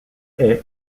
est